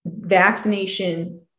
vaccination